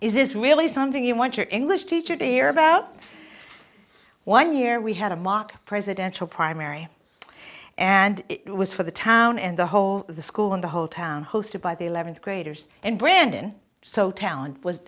is this really something you want your english teacher to hear about one year we had a mock presidential primary and it was for the town and the whole school and the whole town hosted by the eleventh graders and brandon so talent was